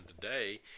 today